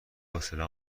حوصله